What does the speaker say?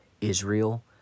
Israel